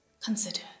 Consider